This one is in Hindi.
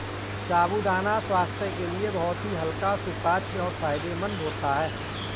साबूदाना स्वास्थ्य के लिए बहुत ही हल्का सुपाच्य और फायदेमंद होता है